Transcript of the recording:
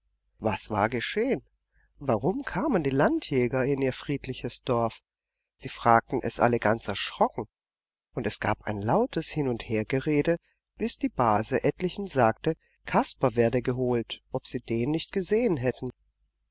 was war geschehen warum kamen die landjäger in ihr friedliches dorf sie fragten es alle ganz erschrocken und es gab ein lautes hinundhergerede bis die base etlichen sagte kasper werde geholt ob sie den nicht gesehen hätten